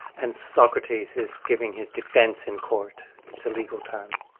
and socrates is giving his defence in court it's a legal term.